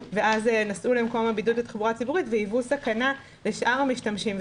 לארץ ואז נסעו למקום הבידוד בתחבורה הציבורית והיוו סכנה לשאר המשתמשים.